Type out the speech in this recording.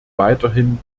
weiterhin